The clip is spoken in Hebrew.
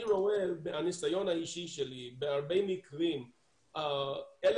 אני רואה מהניסיון האישי שלי בהרבה מקרים שהאלמנט